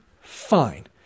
fine